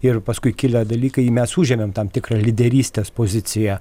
ir paskui kilę dalykai mes užėmėm tam tikrą lyderystės poziciją